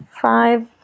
five